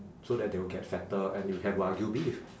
so that they will get fatter and you have wagyu beef